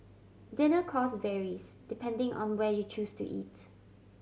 dinner cost varies depending on where you choose to eat